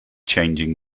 changing